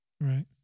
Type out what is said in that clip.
Right